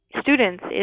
students